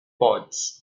ports